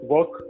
Work